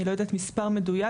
אני לא יודעת מספר מדויק,